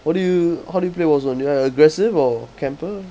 what do you how do you play warzone you are aggressive or camper